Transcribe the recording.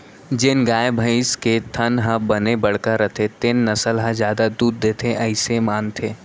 जेन गाय, भईंस के थन ह बने बड़का रथे तेन नसल ह जादा दूद देथे अइसे मानथें